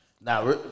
Now